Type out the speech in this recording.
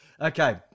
Okay